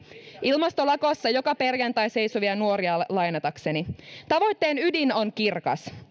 ilmastolakossa joka perjantai seisovia nuoria lainatakseni tavoitteen ydin on kirkas